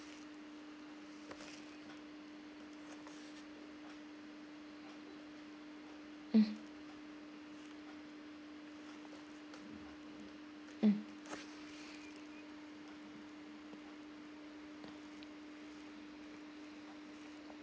mm mm